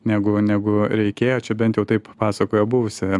negu negu reikėjo čia bent jau taip pasakojo buvusi